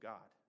God